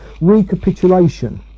recapitulation